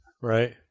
Right